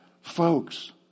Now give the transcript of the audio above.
Folks